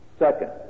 Second